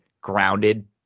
grounded